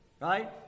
right